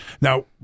Now